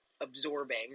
absorbing